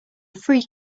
free